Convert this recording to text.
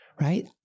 right